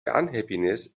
unhappiness